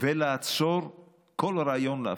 ולעצור כל רעיון להפריט.